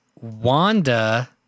Wanda